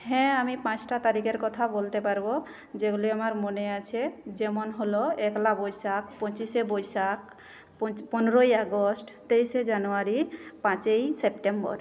হ্যাঁ আমি পাঁচটা তারিখের কথা বলতে পারব যেগুলি আমার মনে আছে যেমন হল একলা বৈশাখ পঁচিশে বৈশাখ পনেরোই আগস্ট তেইশে জানুয়ারি পাঁচই সেপ্টেম্বর